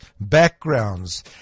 backgrounds